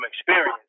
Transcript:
experience